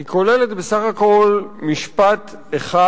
היא כוללת בסך הכול משפט אחד,